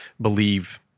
believe